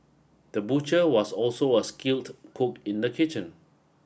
the butcher was also a skilled cook in the kitchen